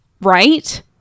Right